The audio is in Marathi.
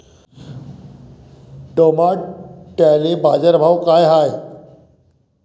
टमाट्याले बाजारभाव काय हाय?